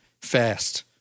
fast